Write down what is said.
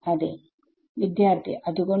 അതെ വിദ്യാർത്ഥി അത്കൊണ്ട്